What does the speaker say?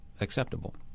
acceptable